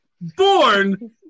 born